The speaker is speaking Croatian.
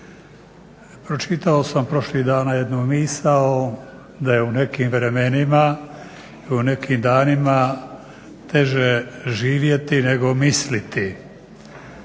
Pročitao sam prošlih dana jednu misao da je u nekim vremenima i u nekim danima teže živjeti nego misliti.